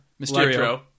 Mysterio